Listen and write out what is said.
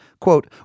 Quote